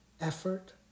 effort